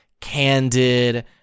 candid